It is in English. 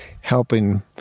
helping